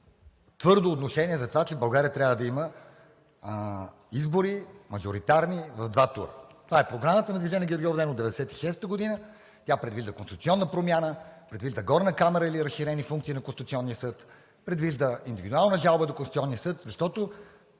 твърдо отношение за това, че България трябва да има избори – мажоритарни, в два тура. Това е програмата на Движение „Гергьовден“ от 1996 г. Тя предвижда конституционна промяна, предвижда Горна камара или разширени функции на Конституционния съд, предвижда индивидуална жалба до Конституционния съд, защото